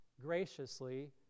graciously